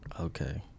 Okay